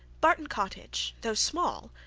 barton cottage, though small,